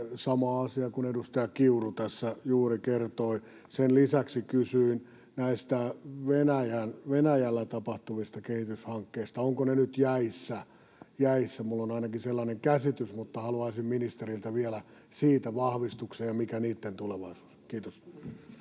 samaa asiaa kuin edustaja Kiuru tässä juuri kertoi. Sen lisäksi kysyin näistä Venäjällä tapahtuvista kehityshankkeista. Ovatko ne nyt jäissä? Minulla on ainakin sellainen käsitys, mutta haluaisin ministeriltä vielä vahvistuksen siitä ja mikä niitten tulevaisuus on. — Kiitos.